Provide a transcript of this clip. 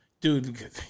Dude